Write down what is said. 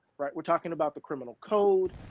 right? we're talking about the criminal code.